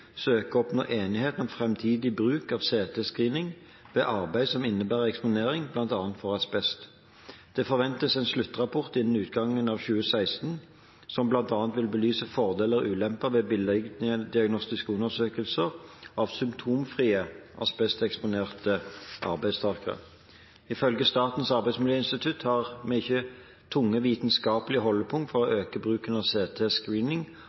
enighet om framtidig bruk av CT-screening ved arbeid som innebærer eksponering, bl.a. for asbest. Det forventes en sluttrapport innen utgangen av 2016, som bl.a. vil belyse fordeler og ulemper ved billeddiagnostiske undersøkelser av symptomfrie asbesteksponerte arbeidstakere. Ifølge Statens arbeidsmiljøinstitutt har vi ikke tunge vitenskapelige holdepunkter for å øke bruken av